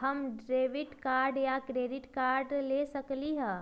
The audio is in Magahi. हम डेबिट कार्ड या क्रेडिट कार्ड ले सकली ह?